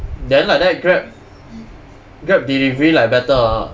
then like that grab grab delivery like better ah